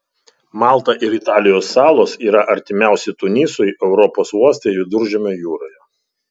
malta ir italijos salos yra artimiausi tunisui europos uostai viduržemio jūroje